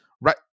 right